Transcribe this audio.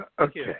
Okay